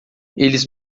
eles